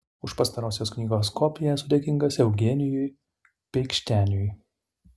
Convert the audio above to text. už pastarosios knygos kopiją esu dėkingas eugenijui peikšteniui